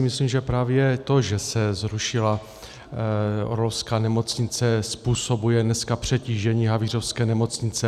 Myslím si, že právě to, že se zrušila orlovská nemocnice, způsobuje dneska přetížení havířovské nemocnice.